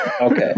Okay